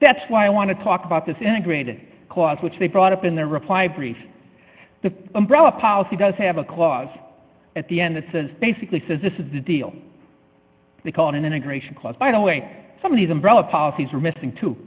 that's why i want to talk about this integrated clause which they brought up in their reply brief the umbrella policy does have a clause at the end that says basically says this is the deal they call it an integration clause by the way some of these umbrella policies are missing to